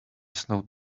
snow